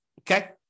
Okay